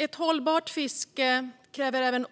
Ett hållbart fiske kräver även